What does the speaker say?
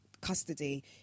custody